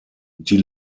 die